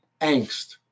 angst